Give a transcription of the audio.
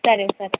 సరే సరే